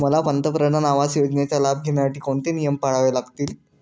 मला पंतप्रधान आवास योजनेचा लाभ घेण्यासाठी कोणते नियम पाळावे लागतील?